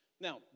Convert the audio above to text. Now